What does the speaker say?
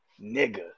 Nigga